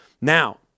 Now